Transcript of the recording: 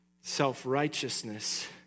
Self-righteousness